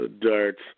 Darts